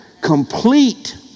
Complete